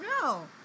No